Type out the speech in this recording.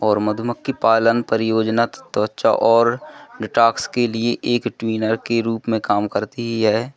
और मधुमक्खी पालन परियोजना तो तो अच्छा और डेटोक्स के लिए एक ट्विनर के रूप में काम करती ही है